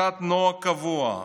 בחזקת נוהג קבע".